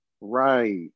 right